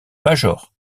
major